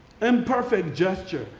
imperfect gesture.